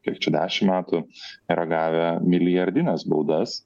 kiek čia dešim metų yra gavę milijardines baudas